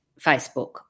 Facebook